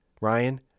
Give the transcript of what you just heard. Ryan